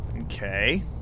Okay